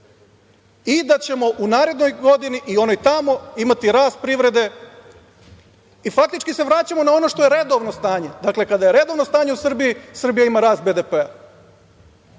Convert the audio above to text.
i da ćemo u narednoj godini i onoj tamo imati i rast privrede. Faktički se vraćamo na ono što je redovno stanje. Dakle, kad je redovno stanje u Srbiji, Srbija ima rast BDP.